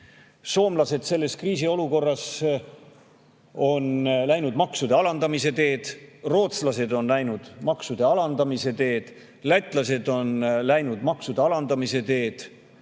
Soomlased on selles kriisiolukorras läinud maksude alandamise teed, rootslased on läinud maksude alandamise teed, lätlased on läinud maksude alandamise teed.